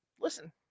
listen